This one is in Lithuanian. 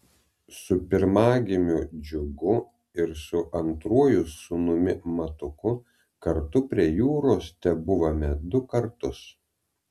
su pirmagimiu džiugu ir su antruoju sūnumi matuku kartu prie jūros tebuvome du kartus